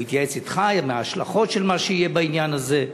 הוא התייעץ אתך על ההשלכות של מה שיהיה בעניין הזה?